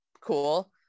cool